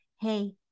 hey